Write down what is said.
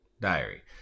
Diary